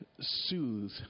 soothe